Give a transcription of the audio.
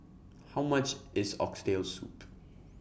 How much IS Oxtail Soup